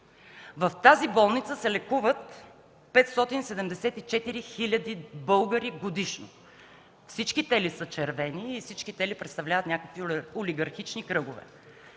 В тази болница се лекуват 574 хиляди българи годишно. Всички те ли са червени и всички те ли представляват някакви олигархични кръгове?!